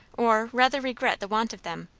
or rather regret the want of them,